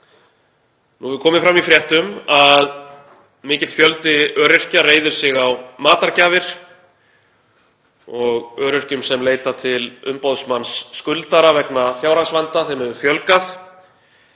Nú hefur komið fram í fréttum að mikill fjöldi öryrkja reiðir sig á matargjafir og öryrkjum sem leita til umboðsmanns skuldara vegna fjárhagsvanda hefur fjölgað.